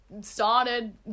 started